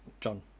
John